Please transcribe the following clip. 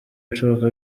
ibishoboka